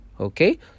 Okay